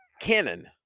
cannon